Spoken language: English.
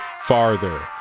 farther